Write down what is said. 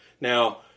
Now